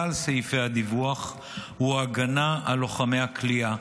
סעיפי הדיווח הוא ההגנה על לוחמי הכליאה,